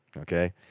Okay